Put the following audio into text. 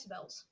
decibels